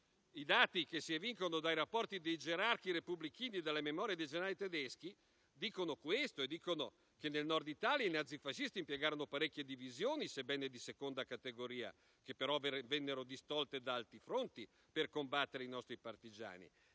I dati che si evincono dai rapporti di gerarchi repubblichini e dalle memorie dei generali tedeschi affermano questo e dicono che nel Nord Italia i nazifascisti impiegarono parecchie divisioni, sebbene di seconda categoria, che però vennero distolte da altri fronti per combattere i nostri partigiani